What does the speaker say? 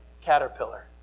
caterpillar